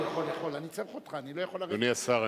אדוני השר,